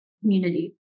community